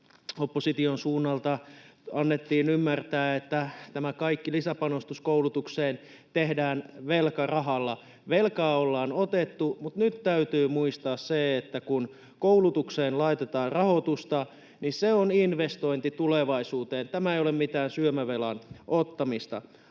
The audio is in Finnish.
opposition suunnalta annettiin ymmärtää, että tämä kaikki lisäpanostus koulutukseen tehdään velkarahalla. Velkaa on otettu, mutta nyt täytyy muistaa se, että kun koulutukseen laitetaan rahoitusta, niin se on investointi tulevaisuuteen — tämä ei ole mitään syömävelan ottamista.